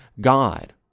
God